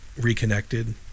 reconnected